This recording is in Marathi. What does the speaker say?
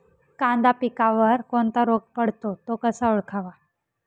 कांदा पिकावर कोणता रोग पडतो? तो कसा ओळखावा?